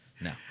No